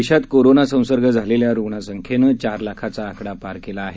देशात कोरोना संसर्ग झालेल्या रुग्णसंख्येने चार लाखाचा आकडा पार केला आहे